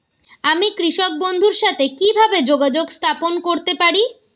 আমি কৃষক বন্ধুর সাথে কিভাবে যোগাযোগ স্থাপন করতে পারি?